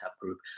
group